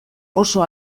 oso